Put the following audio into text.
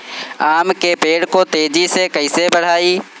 आम के पेड़ को तेजी से कईसे बढ़ाई?